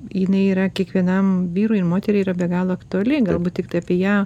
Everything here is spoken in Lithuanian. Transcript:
jinai yra kiekvienam vyrui ir moteriai yra be galo aktuali galbūt tiktai apie ją